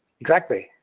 exactly.